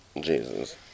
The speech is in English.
Jesus